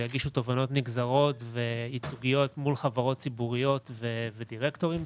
ויגישו תובענות נגזרות וייצוגיות מול חברות ציבוריות ודירקטורים.